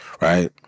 Right